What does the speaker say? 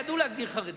ידעו להגדיר חרדים.